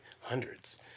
hundreds